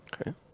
Okay